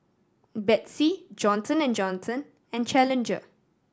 Betsy Johnson and Johnson and Challenger